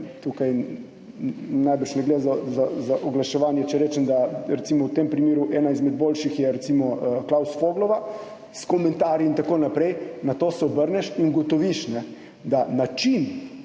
Tukaj najbrž ne gre za oglaševanje, če rečem, da je, recimo, v tem primeru ena izmed boljših Klaus Voglova s komentarji in tako naprej. Na to se obrneš in ugotoviš, da način